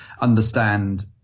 understand